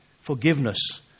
forgiveness